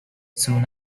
soon